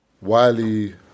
Wiley